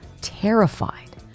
terrified